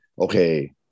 okay